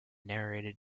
narrated